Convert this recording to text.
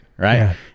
Right